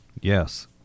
Yes